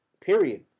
Period